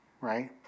right